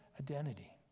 identity